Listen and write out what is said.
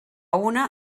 una